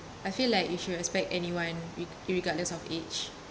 I feel like you should respect anyone re~ regardless of age